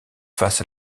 face